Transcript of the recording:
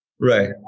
Right